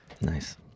Nice